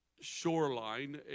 shoreline